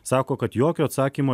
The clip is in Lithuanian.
sako kad jokio atsakymo